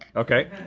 okay,